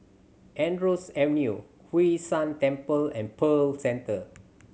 Andrews Avenue Hwee San Temple and Pearl Centre